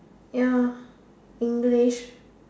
ya English